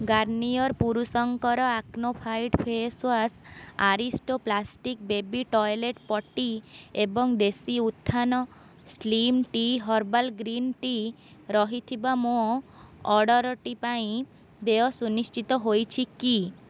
Garnier ପୁରୁଷଙ୍କର acne fight face wash Aristo plastic baby toilet ପଟ୍ଟି ଏବଂ Desi Utthan slim tea herbal green tea ରହିଥିବା ମୋ ଅର୍ଡ଼ର୍ଟି ପାଇଁ ଦେୟ ସୁନିଶ୍ଚିତ ହୋଇଛି କି